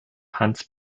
hans